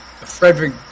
Frederick